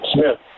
Smith